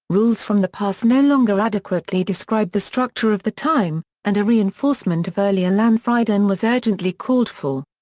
rules from the past no longer adequately described the structure of the time, and a reinforcement of earlier landfrieden was urgently called for.